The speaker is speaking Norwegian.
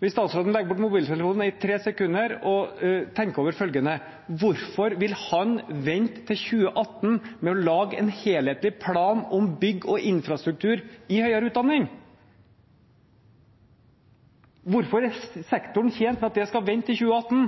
Hvis statsråden legger bort mobiltelefonen i 3 sekunder og tenker over følgende: Hvorfor vil han vente til 2018 med å lage en helhetlig plan om bygg og infrastruktur i høyere utdanning? Hvorfor er sektoren tjent med at det skal vente til 2018?